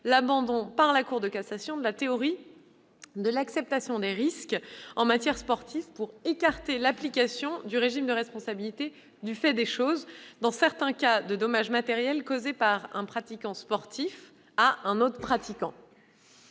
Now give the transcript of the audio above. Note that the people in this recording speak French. l'abandon par la Cour de cassation de la théorie de l'acceptation des risques en matière sportive, pour écarter l'application du régime de responsabilité du fait des choses dans certains cas de dommages matériels causés par un pratiquant sportif à un autre pratiquant.